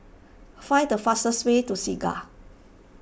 find the fastest way to Segar